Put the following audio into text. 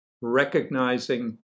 recognizing